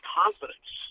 confidence